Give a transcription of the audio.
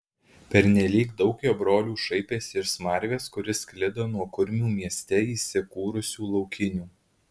pernelyg daug jo brolių šaipėsi iš smarvės kuri sklido nuo kurmių mieste įsikūrusių laukinių